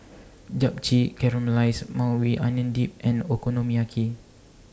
Japchae Caramelized Maui Onion Dip and Okonomiyaki